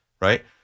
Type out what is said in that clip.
right